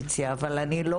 כי אני באופוזיציה,